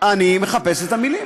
אני מחפש את המילים.